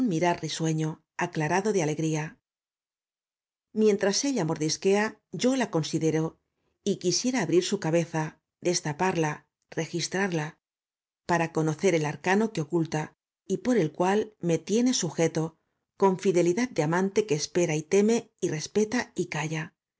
mirar risueño aclarado de alegría mientras ella mordisquea y o la considero y quisiera abrir su cabeza destaparla registrarla para conocer el arcano que oculta y por el cual me tiene sujeto con fidelidad de amante que espera y teme y respeta y calla